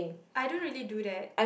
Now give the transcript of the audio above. I don't really do that